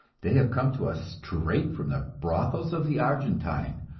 they have come to us straight from the brothels of the argentine,